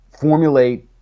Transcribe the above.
formulate